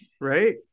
Right